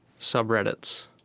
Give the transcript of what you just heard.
subreddits